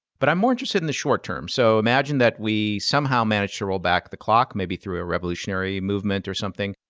but i'm more interested in the short term. so imagine that we somehow managed to roll back the clock, maybe through a revolutionary movement or something.